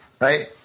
Right